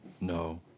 No